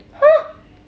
!huh!